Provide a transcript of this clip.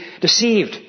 deceived